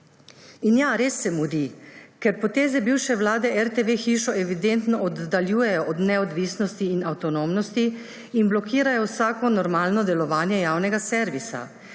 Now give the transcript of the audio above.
Ja, res se mudi, ker poteze bivše Vlade RTV hišo evidentno oddaljujejo od neodvisnosti in avtonomnosti in blokirajo vsako normalno delovanje javnega servisa,